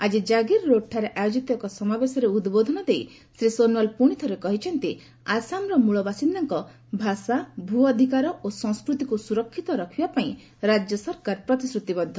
ଆଜି ଜାଗିର ରୋଡ୍ଠାରେ ଆୟୋଜିତ ଏକ ସମାବେଶରେ ଉଦ୍ବୋଧନ ଦେଇ ଶ୍ରୀ ସୋନୱାଲ୍ ପ୍ରଣିଥରେ କହିଛନ୍ତି ଆସାମର ମୂଳବାସିନ୍ଦାଙ୍କ ଭାଷା ଭ ଅଧିକାର ଓ ସଂସ୍କୃତିକୁ ସୁରକ୍ଷିତ ରଖିବା ପାଇଁ ରାଜ୍ୟ ସରକାର ପ୍ରତିଶ୍ରତିବଦ୍ଧ